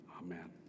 amen